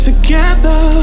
together